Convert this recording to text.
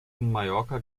mallorca